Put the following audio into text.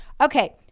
Okay